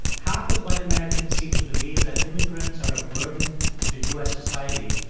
half of white americans seem to believe that immigrants are a burden to u s. society,